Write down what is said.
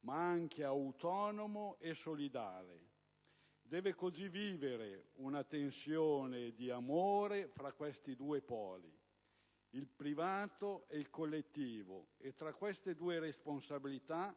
ma anche autonomo e solidale. Deve così vivere una tensione di amore fra questi due poli, il privato e il collettivo, tra queste due responsabilità,